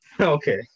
Okay